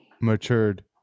matured